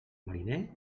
mariner